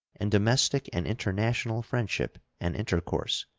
and domestic and international friendship and intercourse,